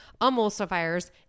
emulsifiers